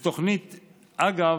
אגב,